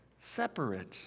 separate